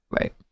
Right